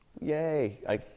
Yay